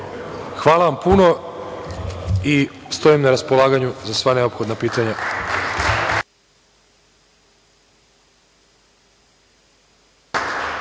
vam puno i stojim na raspolaganju za sva neophodna pitanja.